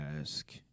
ask